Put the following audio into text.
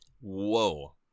whoa